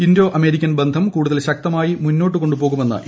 Indo American ബന്ധം കൂടുതൽ ശക്തമായി മുന്നോട്ടുകൊണ്ടുപോകുമെന്ന് ശ്രീ